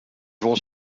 vont